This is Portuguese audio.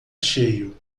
cheio